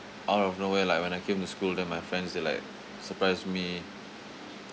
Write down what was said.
out of nowhere like when I came to school then my friends they like surprise me